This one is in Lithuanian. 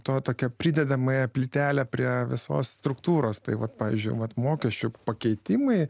to tokią pridedamąją plytelę prie visos struktūros tai vat pavyzdžiui vat mokesčių pakeitimai